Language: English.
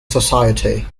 society